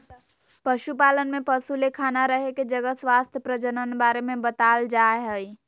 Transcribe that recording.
पशुपालन में पशु ले खाना रहे के जगह स्वास्थ्य प्रजनन बारे में बताल जाय हइ